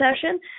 session